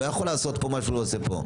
הוא לא יכול לעשות פה מה שהוא עושה פה.